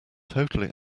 totally